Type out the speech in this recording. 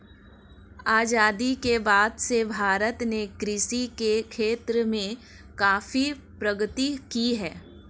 आजादी के बाद से भारत ने कृषि के क्षेत्र में काफी प्रगति की है